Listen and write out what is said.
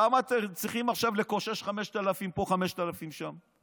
למה אתם צריכים עכשיו לקושש 5,000 פה, 5,000 שם?